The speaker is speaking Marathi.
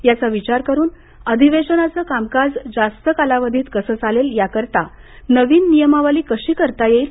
याचा विचार करुन अधिवेशनाचं कामकाज जास्त कालावधीत कसं चालेल याकरता नवीन नियमावली कशी करता येईल